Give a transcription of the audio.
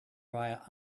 via